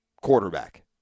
quarterback